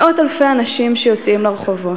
מאות אלפי אנשים שיוצאים לרחובות.